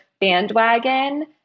bandwagon